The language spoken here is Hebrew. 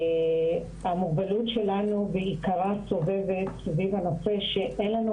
המוגבלות שלנו בעיקרה סובבת סביב הנושא שאין לנו